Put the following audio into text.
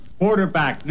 Quarterback